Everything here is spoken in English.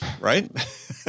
Right